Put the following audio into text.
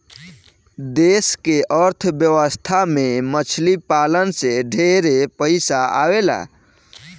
देश के अर्थ व्यवस्था में मछली पालन से ढेरे पइसा आवेला